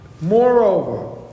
Moreover